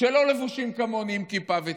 שלא לבושים כמוני עם כיפה וציצית.